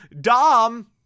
Dom